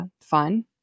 fun